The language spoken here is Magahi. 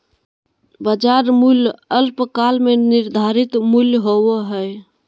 बाजार मूल्य अल्पकाल में निर्धारित मूल्य होबो हइ